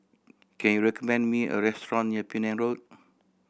can you recommend me a restaurant near Penang Road